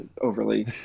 overly